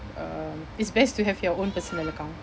um it's best to have your own personal account